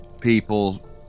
people